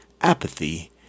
apathy